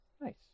Nice